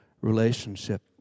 relationship